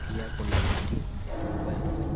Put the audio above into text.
pia kuna miti inje ya nyumba hii.